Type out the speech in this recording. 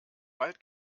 wald